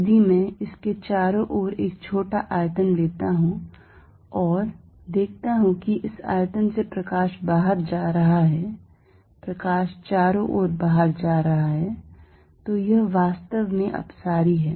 यदि मैं इसके चारों ओर एक छोटा आयतन लेता हूं और देखता हूं कि इस आयतन से प्रकाश बाहर जा रहा है प्रकाश चारों ओर बाहर जा रहा है तो तो यह वास्तव में अपसारी है